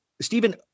Stephen